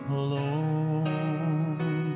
alone